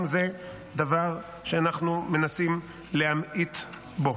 גם זה דבר שאנחנו מנסים להמעיט בו.